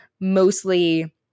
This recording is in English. mostly